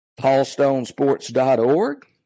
PaulStonesports.org